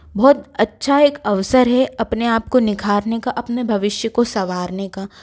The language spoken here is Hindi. बहुत अच्छा एक अवसर है अपने आपको निखारने का अपने भविष्य को संवारने का